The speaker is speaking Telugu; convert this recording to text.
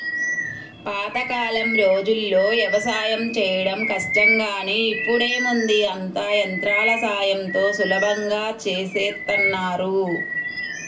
పాతకాలం రోజుల్లో యవసాయం చేయడం కష్టం గానీ ఇప్పుడేముంది అంతా యంత్రాల సాయంతో సులభంగా చేసేత్తన్నారు